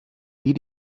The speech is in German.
wie